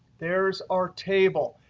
there's our table.